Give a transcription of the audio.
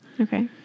Okay